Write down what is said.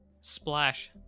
Splash